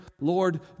Lord